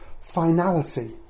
finality